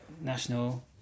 national